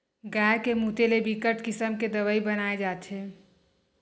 गाय के मूते ले बिकट किसम के दवई बनाए जाथे